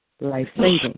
life-saving